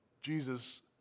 Jesus